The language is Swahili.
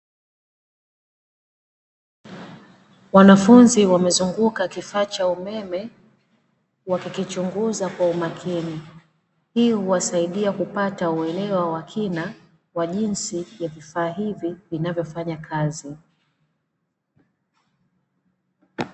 Wanafunzi wamezunguka kifaa cha umeme wakikichunguza kwa umakini, hii huwasaidia kupata uelewa wa kina wa jinsi ya vifaa hivi vinavyofanya kazi.